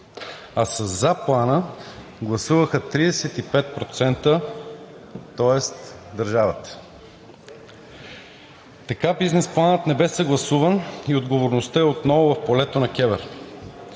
със „за“ Плана, гласуваха 35%, тоест – държавата. Така Бизнес планът не бе съгласуван и отговорността е отново в полето на КЕВР.